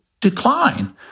decline